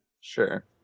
Sure